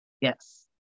Yes